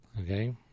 Okay